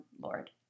Lord